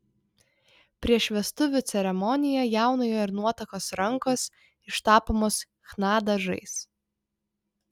prieš vestuvių ceremoniją jaunojo ir nuotakos rankos ištapomos chna dažais